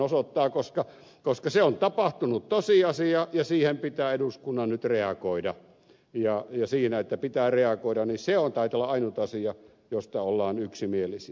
tämähän osoittaa koska se on tapahtunut tosiasia ja siihen pitää eduskunnan nyt reagoida ja siinä että pitää reagoida se taitaa olla ainut asia josta ollaan yksimielisiä